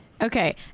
Okay